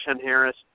Harris